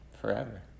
forever